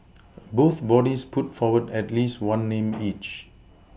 both bodies put forward at least one name each